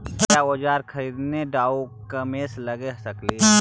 क्या ओजार खरीदने ड़ाओकमेसे लगे सकेली?